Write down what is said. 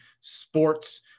sports